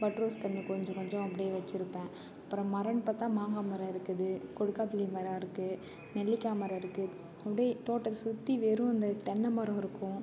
but rose கன்று கொஞ்ச கொஞ்சம் அப்டேயே வச்சுருப்பேன் அப்புறம் மரன்னு பார்த்தா மாங்காய் மரம் இருக்குது கொடுக்காப்புளி மரம் இருக்கு நெல்லிக்காய் மரம் இருக்கு அப்டேயே தோட்டத்தை சுற்றி வெறும் இந்த தென்னைமரம் இருக்கும்